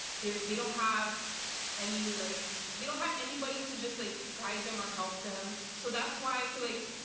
they they don't have any like they don't have anybody to just like guide them or help them so that's why i feel like